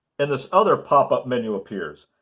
and this other pop-up menu appears.